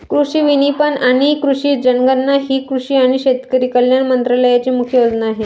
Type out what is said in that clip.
कृषी विपणन आणि कृषी जनगणना ही कृषी आणि शेतकरी कल्याण मंत्रालयाची मुख्य योजना आहे